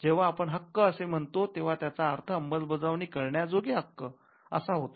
जेव्हा आपण हक्क असे म्हणतो तेव्हा त्याचा अर्थ अंमलबजावणी करण्याजोगे हक्क असा होतो